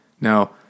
Now